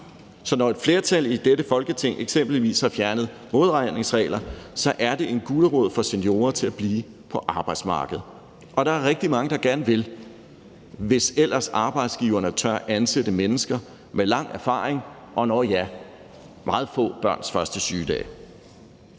Så når et flertal i dette Folketing eksempelvis har fjernet modregningsregler, er det en gulerod for seniorer til at blive på arbejdsmarkedet. Og der er rigtig mange, der gerne vil, hvis ellers arbejdsgiverne tør ansætte mennesker med lang erfaring og meget få barns første sygedage.